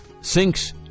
sinks